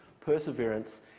Perseverance